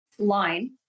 line